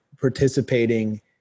participating